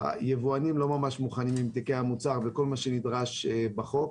היבואנים לא ממש מוכנים עם תיקי המוצר וכל מה שנדרש בחוק,